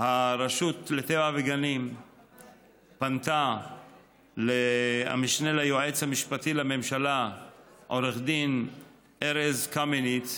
רשות הטבע והגנים פנתה למשנה ליועץ המשפטי לממשלה עו"ד ארז קמיניץ,